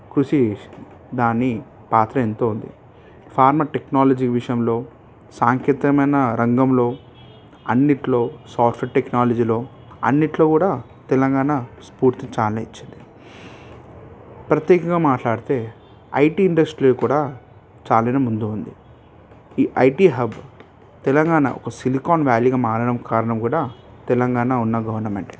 కృషి చేసింది దాని పాత్ర ఎంతో ఉంది ఫార్మ టెక్నాలజీ విషయంలో సాంకేతికమైన రంగంలో అన్నింటిలో సాఫ్ట్వేర్ టెక్నాలజీలో అన్నింటిలో కూడా తెలంగాణ స్ఫూర్తి చాలా ఇచ్చింది ప్రత్యేకంగా మాట్లాడితే ఐటి ఇండస్ట్రీ కూడా చాలానే ముందు ఉంది ఈ ఐటీ హబ్ తెలంగాణ ఒక సిలికాన్ వ్యాల్యూగా మారడానికి కారణం కూడా తెలంగాణ ఉన్న గవర్నమెంట్